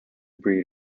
breed